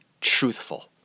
truthful